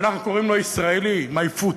ואנחנו קוראים לו ישראלי, my foot,